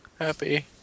Happy